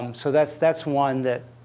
um so that's that's one that